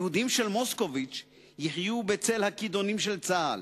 היהודים של מוסקוביץ יחיו בצל הכידונים של צה"ל.